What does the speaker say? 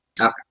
Okay